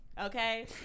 Okay